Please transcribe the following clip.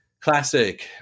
classic